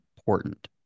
important